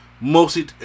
mostly